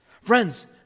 Friends